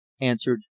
answered